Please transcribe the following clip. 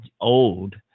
old